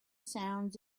sounds